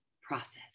process